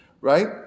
right